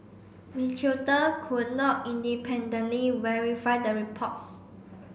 could not independently verify the reports